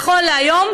נכון להיום,